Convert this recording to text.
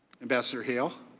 ambassador hale,